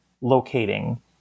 locating